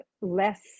less